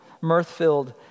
mirth-filled